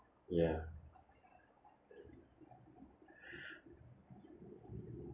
ya